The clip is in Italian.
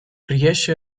riesce